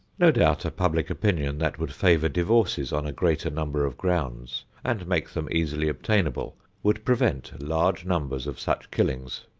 no doubt a public opinion that would favor divorces on a greater number of grounds and make them easily obtainable would prevent large numbers of such killings,